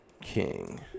King